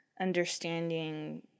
understanding